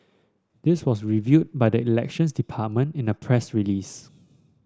this was revealed by the Elections Department in a press release